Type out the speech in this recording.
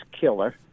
killer